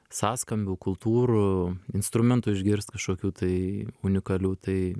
sąskambių kultūrų instrumentų išgirst kažkokių tai unikalių tai